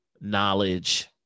knowledge